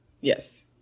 Yes